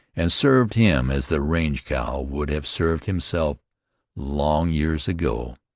and served him as the range-cow would have served himself long years ago.